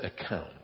account